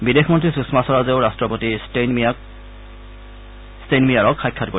বিদেশ মন্ত্ৰী সূষমা স্বৰাজেও ৰাট্টপতি ট্ইইনিময়াক সাক্ষাৎ কৰিব